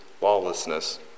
lawlessness